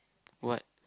what